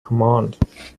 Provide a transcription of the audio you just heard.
command